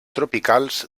tropicals